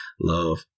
Love